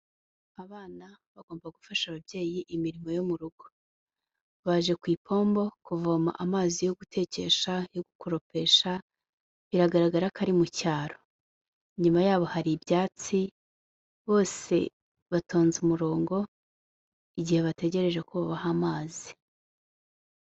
Abana bagomba gufasha ababyeyi imirimo yo mu rugo, baje ku ipombo kuvoma amazi yo gutekesha, yo gukoropesha, biragaragara ko ari mu cyaro, inyuma yabo hari ibyatsi, bose batonze umurongo, igihe bategereje ko babaha amazi.